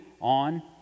on